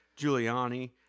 Giuliani